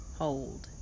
hold